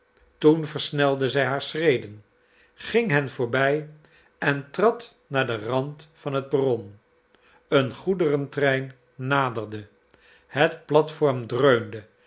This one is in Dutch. toen versnelde zij haar schreden ging hen voorbij en trad naar den rand van het perron een goederentrein naderde het platform dreunde